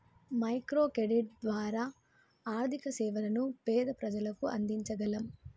micro credit ద్వారా ఆర్థిక సేవలను పేద ప్రజలకు అందించగలం